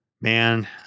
Man